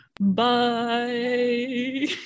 Bye